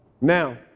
Now